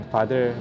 Father